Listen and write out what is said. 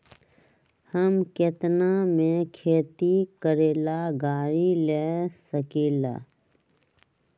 हम केतना में खेती करेला गाड़ी ले सकींले?